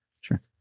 Sure